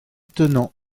tenant